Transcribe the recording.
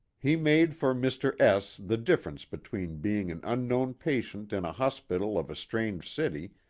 he made for mr. s the difference between being an unknown patient in a hospital of a strange city,